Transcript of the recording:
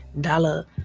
dollar